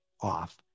off